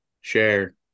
share